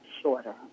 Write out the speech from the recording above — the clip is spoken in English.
shorter